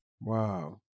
Wow